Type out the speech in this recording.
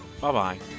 Bye-bye